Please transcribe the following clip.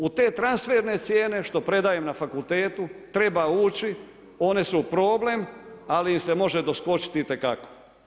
U te transferne cijene što predajem na fakultetu treba ući, one su problem ali im se može doskočiti itekako.